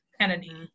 Kennedy